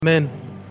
Amen